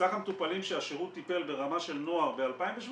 מסך המטופלים שהשירות טיפל ברמה של נוער ב-2017,